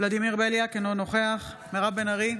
ולדימיר בליאק, אינו נוכח מירב בן ארי,